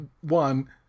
one